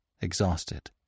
exhausted